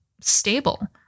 stable